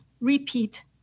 repeat